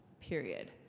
period